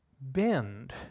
bend